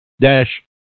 Dash